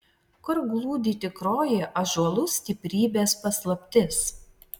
kur glūdi tikroji ąžuolų stiprybės paslaptis